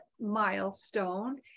milestone